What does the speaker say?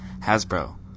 Hasbro